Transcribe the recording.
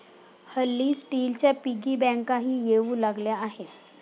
हल्ली स्टीलच्या पिगी बँकाही येऊ लागल्या आहेत